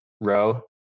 row